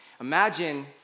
Imagine